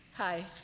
Hi